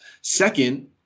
Second